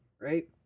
right